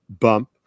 bump